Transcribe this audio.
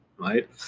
Right